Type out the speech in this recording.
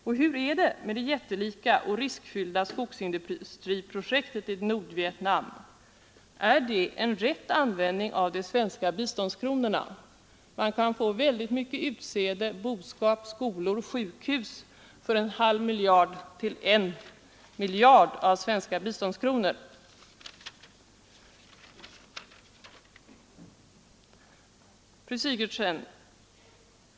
Och hur är det med det jättelika och riskfyllda skogsindustriprojektet i Nordvietnam? Är det en riktig användning av svenska biståndskronor? Man kan få väldigt mycket utsäde, boskap, skolor och sjukhus för en halv till en miljard svenska biståndskronor. Fru Sigurdsen!